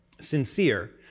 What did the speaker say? sincere